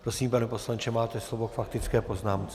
Prosím, pane poslanče, máte slovo k faktické poznámce.